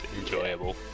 enjoyable